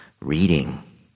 reading